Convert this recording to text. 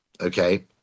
okay